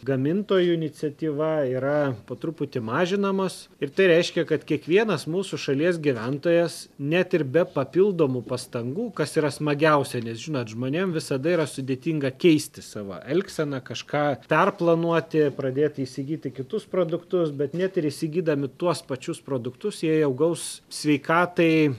gamintojų iniciatyva yra po truputį mažinamos ir tai reiškia kad kiekvienas mūsų šalies gyventojas net ir be papildomų pastangų kas yra smagiausia nes žinot žmonėm visada yra sudėtinga keisti savo elgseną kažką perplanuoti pradėti įsigyti kitus produktus bet net ir įsigydami tuos pačius produktus jie jau gaus sveikatai